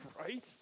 Right